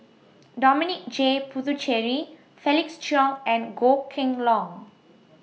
Dominic J Puthucheary Felix Cheong and Goh Kheng Long